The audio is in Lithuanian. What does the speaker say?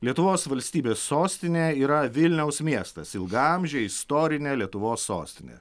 lietuvos valstybės sostinė yra vilniaus miestas ilgaamžė istorinė lietuvos sostinė